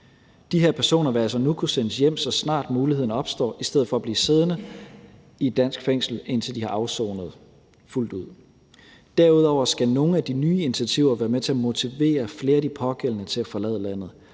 De her personer vil altså nu kunne sendes hjem, så snart muligheden opstår, i stedet for at blive siddende i et dansk fængsel, indtil de har afsonet fuldt ud. Derudover skal nogle af de nye initiativer være med til at motivere flere af de pågældende til at forlade landet.